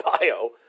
bio